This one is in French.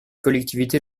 collectivités